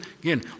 Again